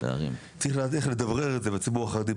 צריך לדעת איך לדברר את זה בציבור החרדי,